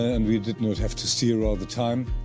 and we did not have to steer all the time.